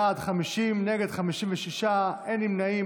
ההצבעה: בעד, 50, נגד, 56, אין נמנעים.